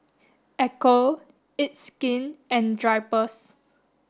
Ecco it's Skin and Drypers